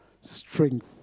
strength